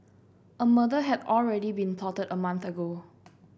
a murder had already been plotted a month ago